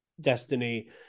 destiny